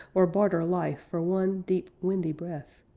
or barter life for one deep, windy breath.